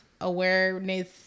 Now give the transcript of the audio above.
awareness